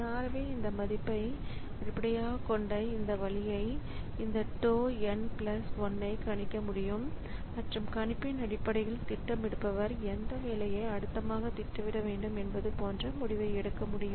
ஆகவே இந்த t n மதிப்பை அடிப்படையாகக் கொண்ட இந்த வழியை இந்த tau n plus 1 ஐ கணிக்க முடியும் மற்றும் கணிப்பின் அடிப்படையில் திட்டமிடுபவர் எந்த வேலையை அடுத்ததாக திட்டமிட வேண்டும் என்பது போன்ற முடிவை எடுக்க முடியும்